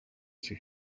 she